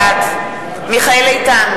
בעד מיכאל איתן,